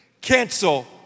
cancel